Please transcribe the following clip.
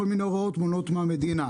כל מיני הוראות מונעות מהמדינה.